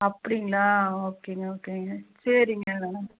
அப்படிங்களா ஓகேங்க ஓகேங்க சரிங்க வேணா